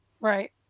Right